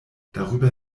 darüber